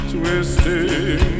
Twisting